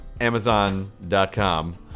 Amazon.com